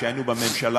כשהיינו בממשלה,